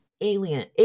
alien